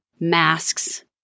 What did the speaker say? masks